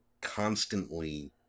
constantly